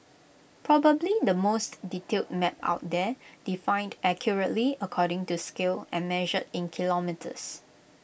probably the most detailed map out there defined accurately according to scale and measured in kilometres